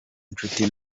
nshuti